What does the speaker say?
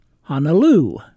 Honolulu